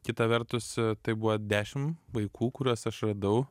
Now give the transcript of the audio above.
kita vertus tai buvo dešim vaikų kuriuos aš radau